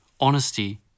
honesty